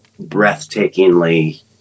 breathtakingly